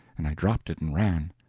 and i dropped it and ran.